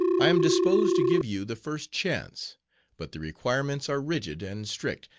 i am disposed to give you the first chance but the requirements are rigid and strict,